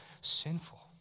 sinful